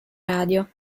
radio